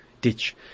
ditch